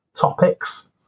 topics